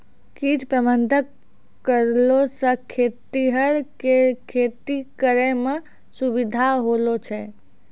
कीट प्रबंधक करलो से खेतीहर के खेती करै मे सुविधा होलो छै